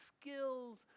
skills